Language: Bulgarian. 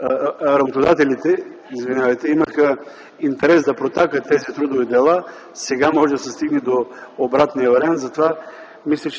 работодателите, извинявайте, имаха интерес да протакат тези трудови дела, сега може да се стигне до обратния вариант. Затова